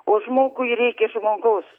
o žmogui reikia žmogaus